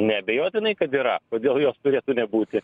neabejotinai kad yra kodėl jos turėtų nebūti